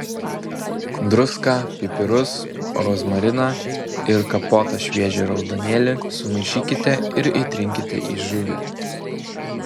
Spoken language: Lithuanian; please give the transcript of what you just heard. druską pipirus rozmariną ir kapotą šviežią raudonėlį sumaišykite ir įtrinkite į žuvį